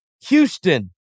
Houston